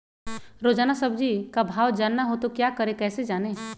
रोजाना सब्जी का भाव जानना हो तो क्या करें कैसे जाने?